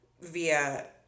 via